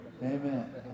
Amen